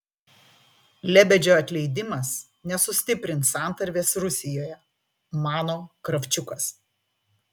lebedžio atleidimas nesustiprins santarvės rusijoje mano kravčiukas